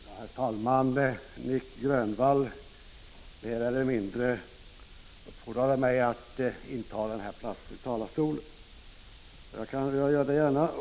Herr talman! Nic Grönvall uppfordrade mig mer eller mindre att inta talarstolen, och jag gör det gärna.